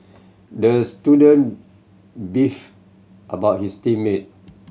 the student beefed about his team mate